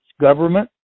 government